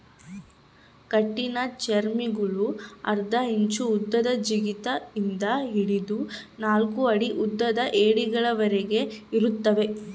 ಕಠಿಣಚರ್ಮಿಗುಳು ಅರ್ಧ ಇಂಚು ಉದ್ದದ ಜಿಗಿತ ಇಂದ ಹಿಡಿದು ನಾಲ್ಕು ಅಡಿ ಉದ್ದದ ಏಡಿಗಳವರೆಗೆ ಇರುತ್ತವೆ